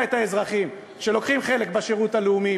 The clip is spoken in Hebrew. את האזרחים שלוקחים חלק בשירות הלאומי,